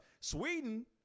Sweden